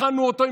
אנחנו הכנו אותו,